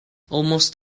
almost